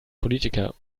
politiker